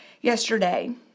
yesterday